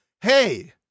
Hey